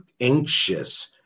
anxious